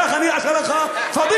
כך אני אעשה לך פדיחה,